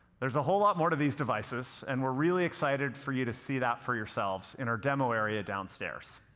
there's a whole lot more to these devices and we're really excited for you to see that for yourselves in our demo area downstairs.